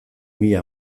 mila